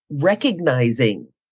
recognizing